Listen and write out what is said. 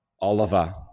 Oliver